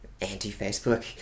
anti-Facebook